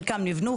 חלקם ניבנו,